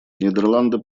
нидерланды